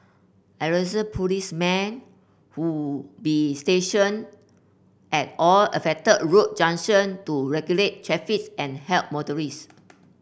policemen would be stationed at all affected road junctions to regulate traffic and help motorists